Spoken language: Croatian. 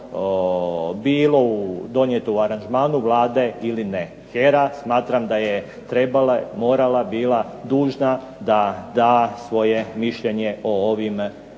bilo donijeto u aranžmanu ili ne. HERA smatram da je trebala, morala, bila dužna da da svoje mišljenje o ovim